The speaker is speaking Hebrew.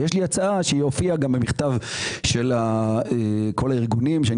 יש לי הצעה שהופיעה גם במכתב הארגונים ואני